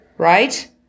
right